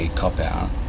cop-out